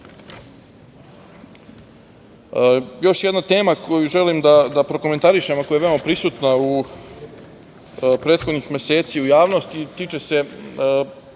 jedna tema koju želim da prokomentarišem, a koja je veoma prisutna u prethodnih meseci u javnost i tiče se